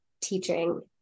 teaching